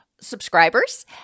subscribers